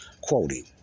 Quoting